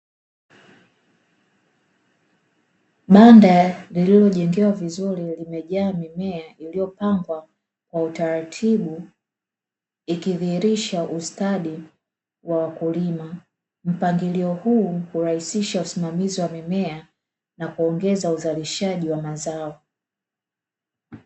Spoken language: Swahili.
Banda lililojengewa vizuri limejaa mimea iliyopangwa kwa utaratibu, ikidhihirisha ustadi wa wakulima; mpangilio huu hurahisisha usimamizi wa mimea na kuongeza uzalishaji wa mazao.